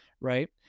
right